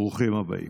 ברוכים הבאים.